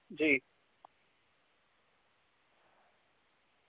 जी